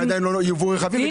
עדיין לא ייבאו רכבים.